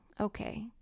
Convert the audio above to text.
Okay